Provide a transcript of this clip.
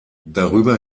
darüber